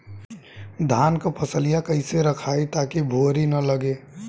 धान क फसलिया कईसे रखाई ताकि भुवरी न लगे?